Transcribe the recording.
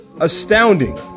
astounding